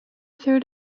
third